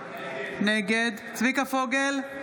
נגד צביקה פוגל,